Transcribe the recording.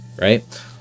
right